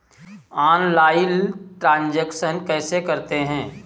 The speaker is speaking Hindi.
ऑनलाइल ट्रांजैक्शन कैसे करते हैं?